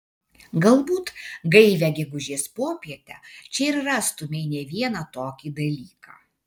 galbūt gaivią gegužės popietę čia ir rastumei ne vieną tokį dalyką